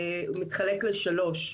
הדבר הזה מתחלק לשלוש,